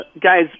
Guys